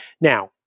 Now